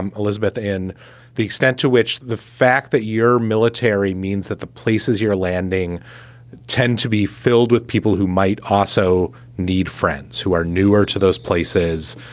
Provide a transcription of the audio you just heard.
and elizabeth, in the extent to which the fact that your military means that the places you're landing tend to be filled with people who might also need friends who are newer to those places,